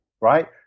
right